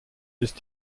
ist